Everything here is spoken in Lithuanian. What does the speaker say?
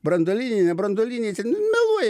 branduoliniai nebranduoliniai ten meluoja